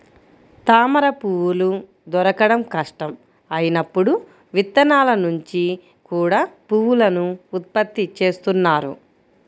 తామరపువ్వులు దొరకడం కష్టం అయినప్పుడు విత్తనాల నుంచి కూడా పువ్వులను ఉత్పత్తి చేస్తున్నారు